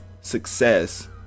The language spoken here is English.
success